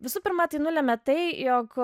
visų pirma tai nulėmė tai jog